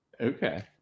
okay